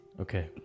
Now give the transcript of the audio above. Okay